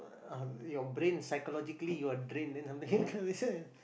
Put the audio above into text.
uh your brain psychologically you are drained then